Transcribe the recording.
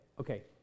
okay